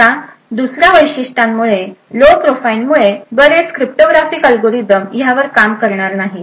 आता दुसऱ्या वैशिष्ट्यांमुळे लो प्रोफाइल मुळे बरेच क्रिप्टोग्राफीक अल्गोरिदम ह्यावर काम करणार नाहीत